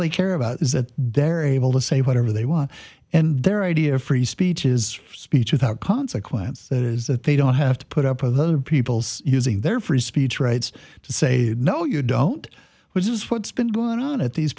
they care about is that they're able to say whatever they want and their idea of free speech is speech without consequence that is that they don't have to put up with other people's using their free speech rights to say no you don't which is what's been going on at these